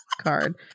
card